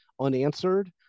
unanswered